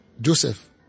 Joseph